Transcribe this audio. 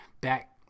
Back